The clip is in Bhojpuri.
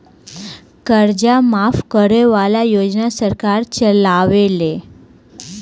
कर्जा माफ करे वाला योजना सरकार चलावेले